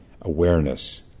awareness